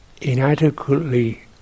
inadequately